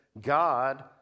God